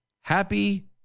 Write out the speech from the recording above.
Happy